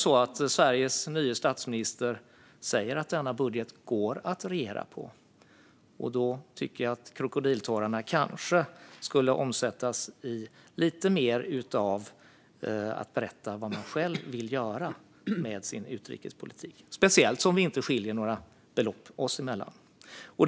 Sveriges nya statsminister säger att denna budget går att regera på, och därför tycker jag att krokodiltårarna kanske skulle omsättas i att berätta lite mer om vad man själv vill göra med sin utrikespolitik, speciellt som beloppen inte skiljer sig åt.